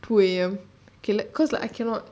two A_M K cause like I cannot